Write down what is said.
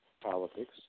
politics